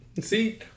See